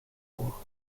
vor